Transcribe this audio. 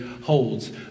holds